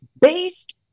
based